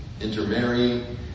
intermarrying